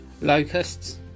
Locusts